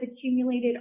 accumulated